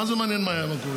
מה זה מעניין מה היה במקורית?